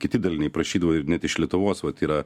kiti daliniai prašydavo ir net iš lietuvos vat yra